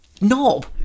knob